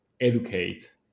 educate